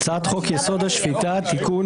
הצעת חוק-יסוד: השפיטה (תיקון,